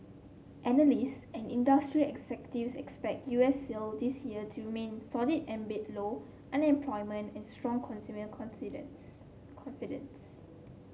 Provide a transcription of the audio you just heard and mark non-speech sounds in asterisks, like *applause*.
analysts and industry executives expect U S sales this year to remain solid amid low unemployment and strong consumer *unintelligible* confidence